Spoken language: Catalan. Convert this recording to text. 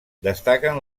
destaquen